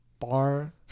Bar